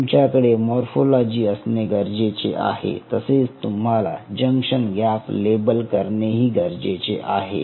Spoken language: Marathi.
तुमच्याकडे मोर्फोलॉजी असणे गरजेचे आहे तसेच तुम्हाला जंक्शन गॅप लेबल करणेही गरजेचे आहे